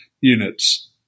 units